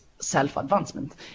self-advancement